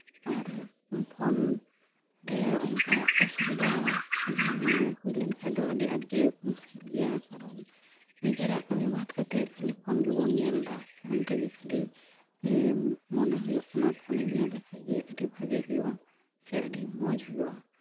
ᱟᱨ phone ᱨᱮ ᱚᱱᱠᱟ ᱚᱥᱩᱵᱤᱫᱟ ᱦᱩᱭ ᱞᱮᱱᱠᱷᱟᱱ ᱟᱹᱰᱤ ᱟᱸᱴᱜᱮ ᱢᱩᱥᱠᱤᱞ ᱜᱮᱭᱟ ᱠᱟᱨᱚᱱ ᱱᱤᱡᱮᱨᱟᱜ ᱠᱟᱹᱢᱤ ᱵᱟᱫ ᱠᱟᱛᱮᱜ ᱠᱷᱟᱹᱞᱤ ᱯᱷᱳᱱ ᱜᱮᱵᱚᱱ ᱧᱮᱞᱫᱟ ᱯᱷᱳᱱ ᱨᱮᱜᱮ ᱠᱷᱟᱹᱞᱤ ᱢᱚᱱᱮ ᱦᱩᱭᱩᱜ ᱠᱟᱱᱟ ᱯᱷᱳᱱ ᱧᱮᱞ ᱞᱮᱠᱷᱟᱡ ᱜᱮ ᱟᱹᱰᱤ ᱵᱷᱟ ᱜᱤ ᱦᱩᱭᱩᱜᱼᱟ ᱥᱮ ᱟᱹᱰᱤ ᱢᱚᱡᱽ ᱦᱩᱭᱩᱜᱼᱟ